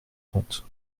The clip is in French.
trente